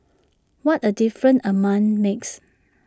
what A difference A month makes